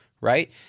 right